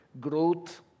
growth